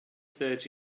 third